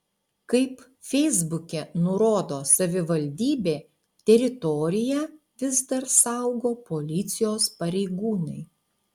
kaip feisbuke nurodo savivaldybė teritoriją vis dar saugo policijos pareigūnai